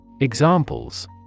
Examples